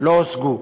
לא הושגו,